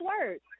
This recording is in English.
words